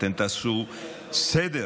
תעשו סדר